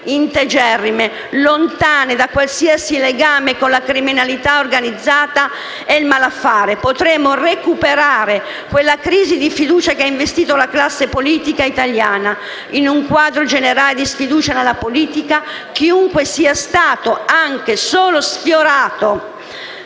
integerrime, lontane da qualsiasi legame con la criminalità organizzata e il malaffare, potremo recuperare quella crisi di fiducia che ha investito la classe politica italiana. In un quadro generale di sfiducia nella politica, chiunque sia stato anche solo sfiorato